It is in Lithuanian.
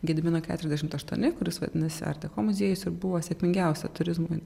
gedimino keturiadešimt aštuoni kuris vadinasi art deko muziejus ir buvo sėkmingiausia turizmo